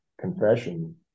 Confession